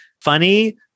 funny